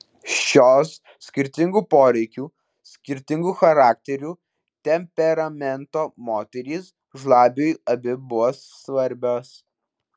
šios skirtingų poreikių skirtingų charakterių temperamento moterys žlabiui abi buvo svarbios